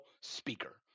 speaker